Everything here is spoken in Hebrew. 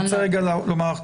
גברתי, אני רוצה רגע לומר לך.